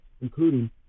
including